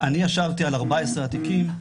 ישבתי על 14 התיקים,